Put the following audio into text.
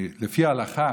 לפי ההלכה,